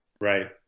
Right